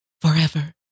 forever